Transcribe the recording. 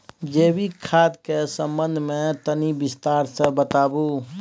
जैविक खाद के संबंध मे तनि विस्तार स बताबू?